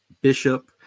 Bishop